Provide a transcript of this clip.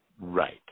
Right